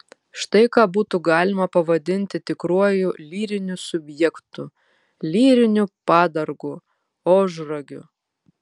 štai ką būtų galima pavadinti tikruoju lyriniu subjektu lyriniu padargu ožragiu